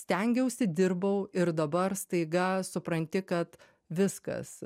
stengiausi dirbau ir dabar staiga supranti kad viskas